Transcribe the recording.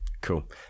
cool